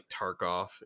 Tarkov